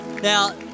Now